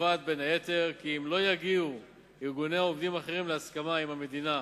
הקובעת בין היתר כי אם לא יגיעו ארגוני העובדים האחרים להסכמה עם המדינה